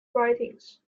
writings